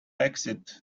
exit